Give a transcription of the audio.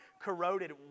corroded